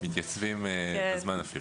מתייצבים, ואפילו בזמן.